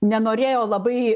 nenorėjo labai